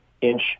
inch